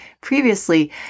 previously